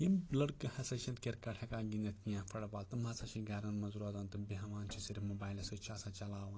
یِم لٔڑکہٕ ہَسا چھِنہٕ کِرکَٹ ہٮ۪کان گِنٛدِتھ کیٚنٛہہ فُٹ بال تِم ہَسا چھِ گَرَن منٛز روزان تہٕ بیٚہوان چھِ صرف موبایلَس سۭتۍ چھِ آسان چَلاوان